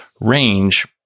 range